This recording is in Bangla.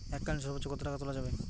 এককালীন সর্বোচ্চ কত টাকা তোলা যাবে?